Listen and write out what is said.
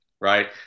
right